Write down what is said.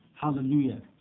Hallelujah